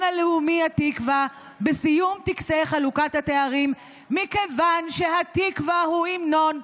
הלאומי התקווה בסיום טקסי חלוקת התארים מכיוון שהתקווה הוא המנון פוגעני,